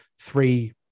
three